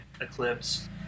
eclipse